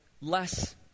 less